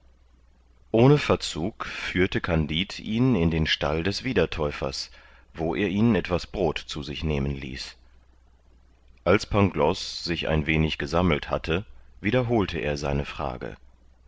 ohne verzug führte kandid ihn in den stall des wiedertäufers wo er ihn etwas brot zu sich nehmen ließ als pangloß sich ein wenig gesammelt hatte wiederholte er seine frage